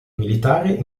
militari